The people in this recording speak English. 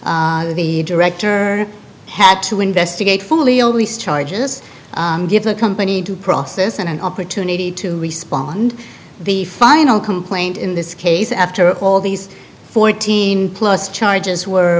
the director had to investigate fully always charges give a company due process and an opportunity to respond the final complaint in this case after all these fourteen plus charges were